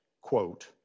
quote